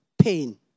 pain